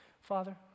Father